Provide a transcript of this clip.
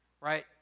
right